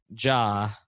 Ja